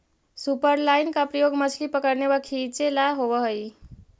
superline का प्रयोग मछली पकड़ने व खींचे ला होव हई